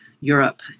Europe